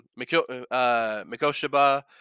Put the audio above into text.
Mikoshiba